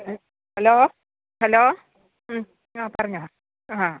hello hello മ്മ് ആ പറഞ്ഞോ ആഹ്